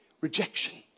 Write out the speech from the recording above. rejection